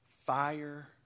fire